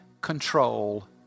control